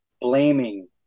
blaming